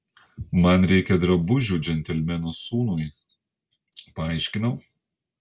man reikia drabužių džentelmeno sūnui paaiškinau